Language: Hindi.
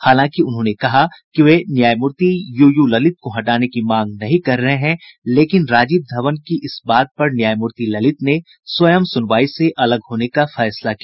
हालांकि उन्होंने कहा कि वे न्यायमूर्ति यूयू ललित को हटाने की मांग नहीं कर रहे हैं लेकिन राजीव धवन की इस बात पर न्यायमूर्ति ललित ने स्वयं सुनवाई से अलग होने का फैसला किया